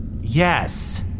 yes